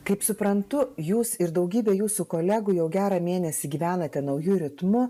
kaip suprantu jūs ir daugybė jūsų kolegų jau gerą mėnesį gyvenate nauju ritmu